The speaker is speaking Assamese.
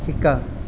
শিকা